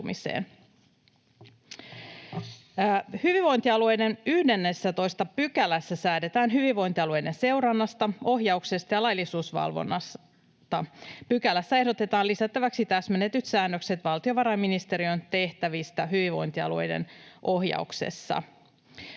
Hyvinvointialuelain 11 §:ssä säädetään hyvinvointialueiden seurannasta, ohjauksesta ja laillisuusvalvonnasta. Pykälään ehdotetaan lisättäväksi täsmennetyt säännökset valtiovarainministeriön tehtävistä hyvinvointialueiden ohjauksessa.